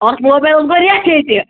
اَتھ موبایلس گوٚو رٮ۪تھ ییٚتہِ